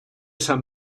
san